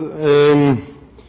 er